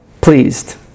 pleased